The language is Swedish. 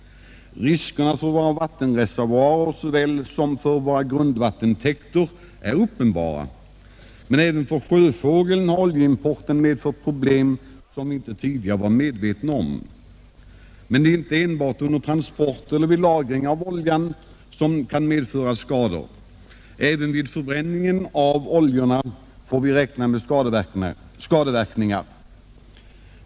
Riskerna för våra vattenreservoarer liksom för våra grundvattentäkter är uppenbara, men även för sjöfågeln har oljeimporten medfört problem, som vi inte tidigare varit medvetna om. Men det är inte enbart vid transporten och lagringen av oljan som den kan medföra skador. Även vid förbränningen av oljorna får vi räkna med skadeverkningar.